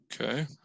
Okay